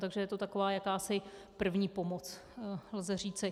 Takže je to taková jakási první pomoc, lze říci.